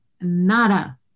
nada